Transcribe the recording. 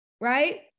right